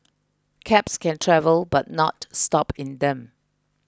cabs can travel but not stop in them